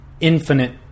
infinite